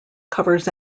covers